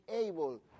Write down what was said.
able